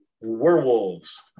werewolves